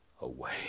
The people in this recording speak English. away